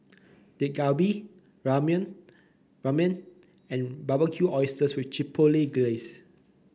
Dak Galbi Ramen Ramen and Barbecued Oysters with Chipotle Glaze